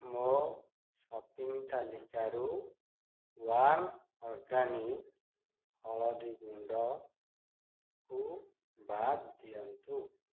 ମୋ ସପିଙ୍ଗ ତାଲିକାରୁ one organic ହଳଦୀ ଗୁଣ୍ଡକୁ ବାଦ୍ ଦିଅନ୍ତୁ